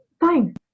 Fine